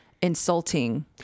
insulting